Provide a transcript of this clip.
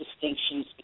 distinctions